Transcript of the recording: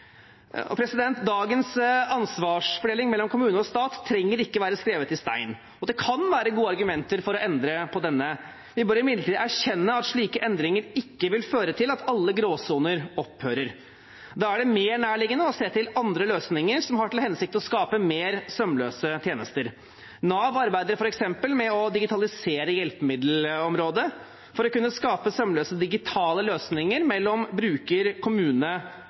Dagens ansvarsfordeling mellom kommune og stat trenger ikke å være hugget i stein, og det kan være gode argumenter for å endre på denne. Vi bør imidlertid erkjenne at slike endringer ikke vil føre til at alle gråsoner opphører. Da er det mer nærliggende å se til andre løsninger som har til hensikt å skape mer sømløse tjenester. Nav arbeider f.eks. med å digitalisere hjelpemiddelområdet for å kunne skape sømløse digitale løsninger mellom bruker, kommune